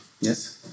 Yes